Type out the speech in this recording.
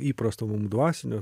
įprasto mum dvasinio